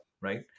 right